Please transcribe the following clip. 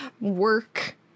work